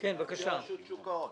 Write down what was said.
שוק ההון.